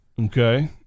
Okay